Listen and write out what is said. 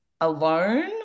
alone